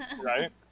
right